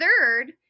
third